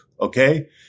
okay